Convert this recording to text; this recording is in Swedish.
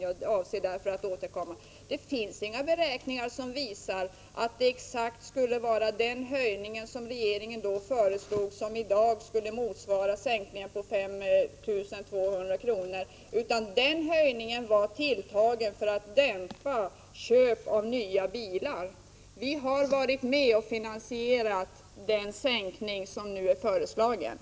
Jag avser därför att——-- återkomma Det finns inga beräkningar som visar att det är exakt den höjning som regeringen då föreslog som i dag motsvarar sänkningen på 5 200 kr., utan den höjningen var tilltagen för att dämpa köp av nya bilar. Vi har varit med om att finansiera den sänkning som nu har föreslagits.